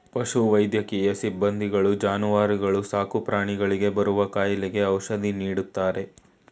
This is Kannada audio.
ಪಶು ವೈದ್ಯಕೀಯ ಸಿಬ್ಬಂದಿಗಳು ಜಾನುವಾರುಗಳು ಸಾಕುಪ್ರಾಣಿಗಳಿಗೆ ಬರುವ ಕಾಯಿಲೆಗೆ ಔಷಧಿ ನೀಡ್ತಾರೆ